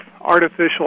artificial